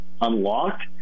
unlocked